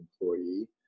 employee